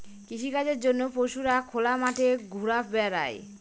কৃষিকাজের জন্য পশুরা খোলা মাঠে ঘুরা বেড়ায়